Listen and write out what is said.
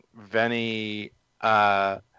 Venny